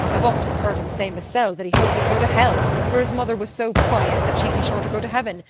i've often heard him say masel' that he hoped he'd go to hell, for his mother was so pious that she'd be sure to go to heaven,